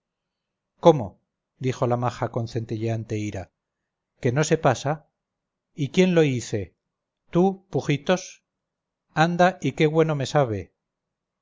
cómo dijo la maja con centelleante ira que no se pasa y quién lo ice tú pujitos anda y qué güeno me sabe